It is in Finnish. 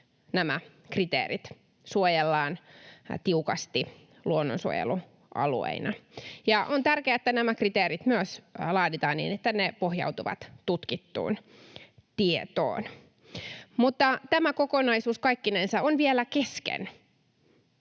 nämä kriteerit, suojellaan tiukasti luonnonsuojelualueina. Ja on tärkeää, että nämä kriteerit myös laaditaan niin, että ne pohjautuvat tutkittuun tietoon. Mutta tämä kokonaisuus kaikkinensa on vielä kesken.